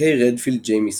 קיי רדפילד ג'יימיסון,